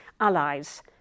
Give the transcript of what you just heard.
allies